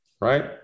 right